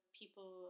people